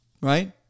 right